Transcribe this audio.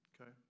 Okay